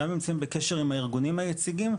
גם נמצאים בקשר עם הארגונים הנציגים,